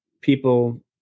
people